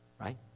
right